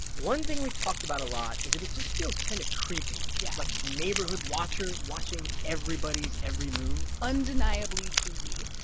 one thing we've talked about a lot is that it just feels kind of creepy yeah like, neighborhood watchers watching everybody's every move undeniably creepy.